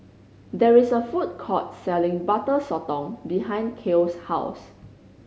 there is a food court selling Butter Sotong behind Kale's house